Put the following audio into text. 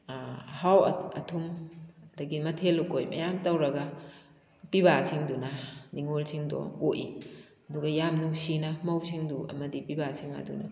ꯑꯍꯥꯎ ꯑꯊꯨꯝ ꯑꯗꯒꯤ ꯃꯊꯦꯜ ꯂꯨꯀꯣꯏ ꯃꯌꯥꯝ ꯇꯧꯔꯒ ꯄꯤꯕꯁꯤꯡꯗꯨꯅ ꯅꯤꯉꯣꯜꯁꯤꯡꯗꯣ ꯑꯣꯛꯏ ꯑꯗꯨꯒ ꯌꯥꯝ ꯅꯨꯡꯁꯤꯅ ꯃꯧꯁꯤꯡꯗꯨ ꯑꯃꯗꯤ ꯄꯤꯕꯁꯤꯡ ꯑꯗꯨꯅ